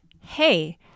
hey